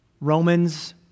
Romans